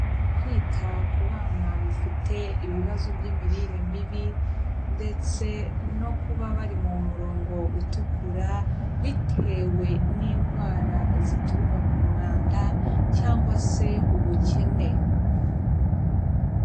Kwita ku bana bafite ibibazo by'imirire mibi, ndetse no kuba bari mu murongo utukura, bitewe n'indwara zituruka ku mwanda, cyangwa se ubukene.